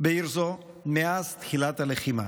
זו מאז תחילת הלחימה.